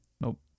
Nope